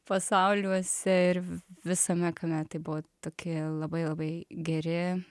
pasauliuose ir visame kame tai buvo tokie labai labai geri